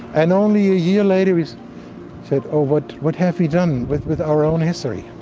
and only a year later was said, oh what what have we done with with our own history?